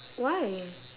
why